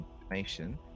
information